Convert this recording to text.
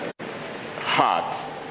Heart